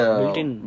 built-in